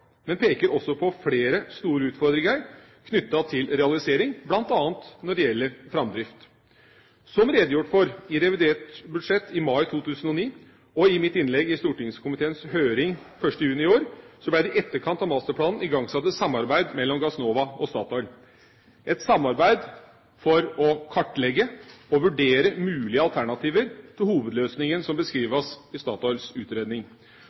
men peker også på flere store utfordringer knyttet til realisering, bl.a. når det gjelder framdrift. Som redegjort for i revidert budsjett i mai 2009 og i mitt innlegg i stortingskomiteens høring 1. juni i år, ble det i etterkant av masterplanen igangsatt et samarbeid mellom Gassnova og Statoil, et samarbeid for å kartlegge og vurdere mulige alternativer til hovedløsninga som beskrives i Statoils utredning.